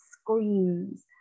screams